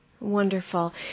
Wonderful